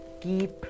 keep